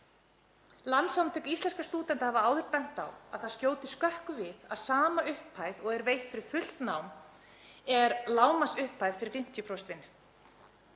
Landssamtök íslenskra stúdenta hafa áður bent á að það skjóti skökku við að sama upphæð og er veitt fyrir fullt nám er lágmarksupphæð fyrir 50% vinnu.